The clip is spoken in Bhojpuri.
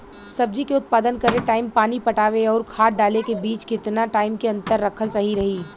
सब्जी के उत्पादन करे टाइम पानी पटावे आउर खाद डाले के बीच केतना टाइम के अंतर रखल सही रही?